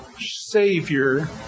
Savior